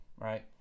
right